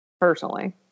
Personally